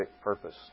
purpose